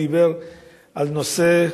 דיבר על נושא,